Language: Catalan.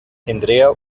tindria